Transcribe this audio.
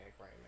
right